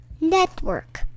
network